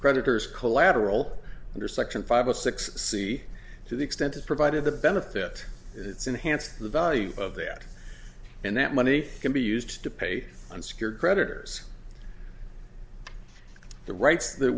creditors collateral under section five of six c to the extent it provided the benefit it's enhanced the value of that and that money can be used to pay and secured creditors the rights that